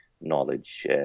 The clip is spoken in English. knowledge